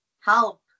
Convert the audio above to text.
help